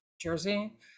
jersey